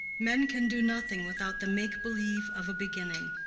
men can do nothing without the make-believe of a beginning.